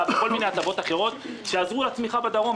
וכל מיני הטבות אחרות שיעזרו לצמיחה בדרום.